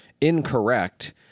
incorrect